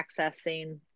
accessing